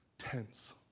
tense